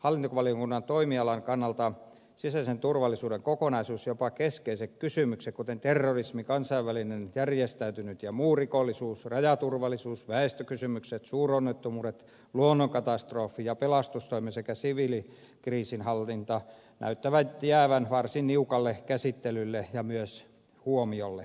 hallintovaliokunnan toimialan kannalta sisäisen turvallisuuden kokonaisuus jopa keskeiset kysymykset kuten terrorismi kansainvälinen järjestäytynyt ja muu rikollisuus rajaturvallisuus väestökysymykset suuronnettomuudet luonnonkatastrofit ja pelastustoimi sekä siviilikriisinhallinta näyttävät jäävän varsin niukalle käsittelylle ja myös huomiolle